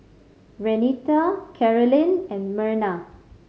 Renita Karolyn and Merna